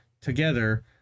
together